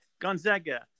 Gonzaga